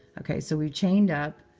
ok. so we've chained up,